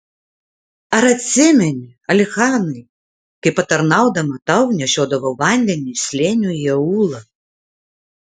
ar atsimeni alichanai kaip patarnaudama tau nešiodavau vandenį iš slėnio į aūlą